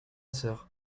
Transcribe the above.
sœur